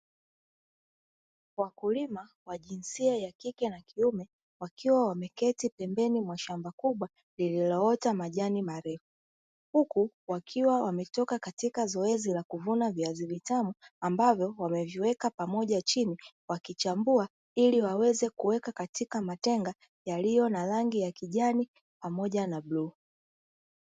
Wakulima wa jinsia ya kike na kiume wakiwa wameketi pembeni mwa shamba kubwa lililoota majani marefu, huku wakiwa wametoka katika zoezi la kuvuna viazi vitamu ambavyo wameviweka pamoja chini wakichambua ili waweze kuweza katika matenga yaliyo na rangi ya kijani pamoja na bluu.